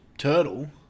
Turtle